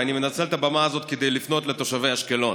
ואני מנצל את הבמה הזאת כדי לפנות לתושבי אשקלון: